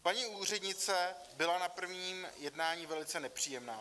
Paní úřednice byla na prvním jednání velice nepříjemná.